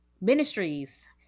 ministries